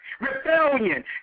Rebellion